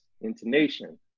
intonation